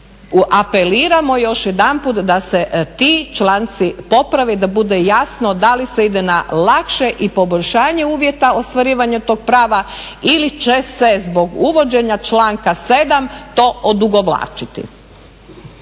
Apeliramo još jedanput da se ti članci poprave i da bude jasno da li se ide na lakše i poboljšanje uvjeta ostvarivanja toga prava ili će se zbog uvođenja članka 7.to odugovlačiti.